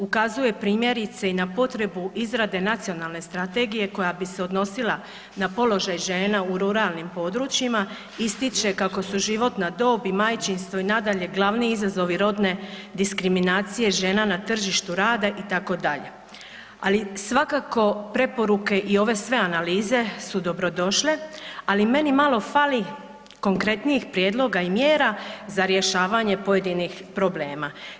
Ukazuje primjerice i na potrebu izrade nacionalne strategije koja bi se odnosila na položaj žena u ruralnim područjima, ističe kako su životna dob i majčinstvo i nadalje glavni izazovi rodne diskriminacije žena na tržištu rada itd., ali svakako preporuke i ove sve analize su dobrodošle, ali meni malo fali konkretnijih i mjera za rješavanje pojedinih problema.